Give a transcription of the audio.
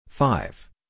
Five